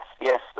yes